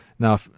Now